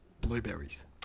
Blueberries